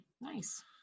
Nice